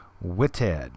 Witted